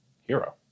hero